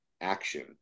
action